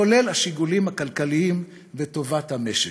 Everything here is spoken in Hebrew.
כולל השיקולים הכלכליים וטובת המשק.